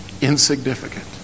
insignificant